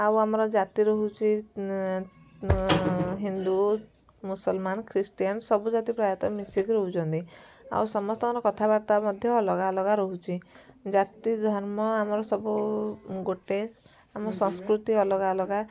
ଆଉ ଆମର ଜାତି ରହୁଛି ହିନ୍ଦୁ ମୁସଲମାନ ଖ୍ରୀଷ୍ଟିୟାନ ସବୁ ଜାତି ପ୍ରାୟତଃ ମିଶିକି ରହୁଛନ୍ତି ଆଉ ସମସ୍ତଙ୍କର କଥାବାର୍ତ୍ତା ମଧ୍ୟ ଅଲଗା ଅଲଗା ରହୁଛି ଜାତି ଧର୍ମ ଆମର ସବୁ ଗୋଟେ ଆମ ସଂସ୍କୃତି ଅଲଗା ଅଲଗା